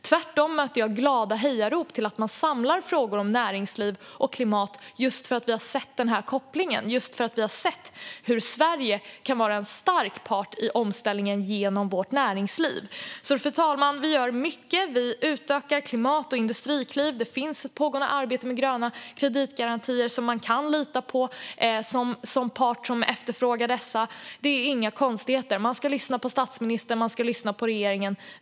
Tvärtom möter jag glada hejarop för att frågor om näringsliv och klimat samlas just därför att vi har sett kopplingen och hur Sverige kan vara en stark part i omställningen genom vårt näringsliv. Fru talman! Vi gör mycket. Vi utökar Klimatklivet och Industriklivet. Det finns ett pågående arbete med gröna kreditgarantier som man kan lita på som part som efterfrågar dessa. Det är inga konstigheter. Man ska lyssna på statsministern och på regeringen.